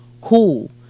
cool